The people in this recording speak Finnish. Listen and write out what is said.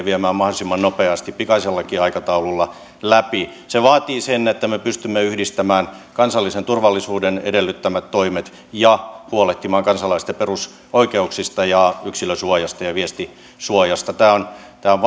viemään mahdollisimman nopeasti pikaisellakin aikataululla läpi se vaatii sen että me pystymme yhdistämään kansallisen turvallisuuden edellyttämät toimet ja huolehtimaan kansalaisten perusoikeuksista yksilön suojasta ja viestisuojasta tämä on tämä on